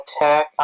attack